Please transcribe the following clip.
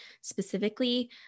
specifically